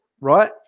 right